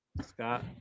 Scott